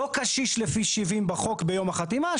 לא קשיש לפי שבעים בחוק, ביום החתימה.